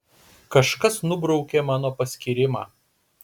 kažkas nubraukė mano paskyrimą